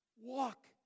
walk